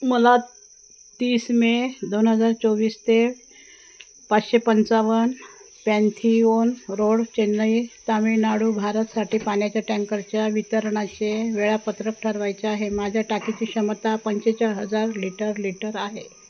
मला तीस मे दोन हजार चोवीस ते पाचशे पंचावन्न पॅनथिओन रोड चेन्नई तामीळनाडू भारतसाठी पाण्याच्या टँकरच्या वितरणाचे वेळापत्रक ठरवायचे आहे माझ्या टाकीची क्षमता पंचेचाळीस हजार लिटर लिटर आहे